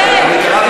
תוציאו